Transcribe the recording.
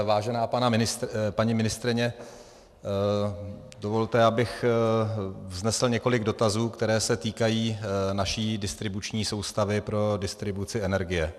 Vážená paní ministryně, dovolte, abych vznesl několik dotazů, které se týkají naší distribuční soustavy pro distribuci energie.